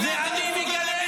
מי רצח את